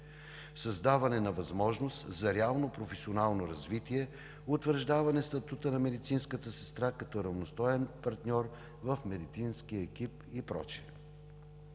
създаване на възможност за реално професионално развитие; утвърждаване статута на медицинската сестра като равностоен партньор в медицинския екип и прочие.